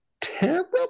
terrible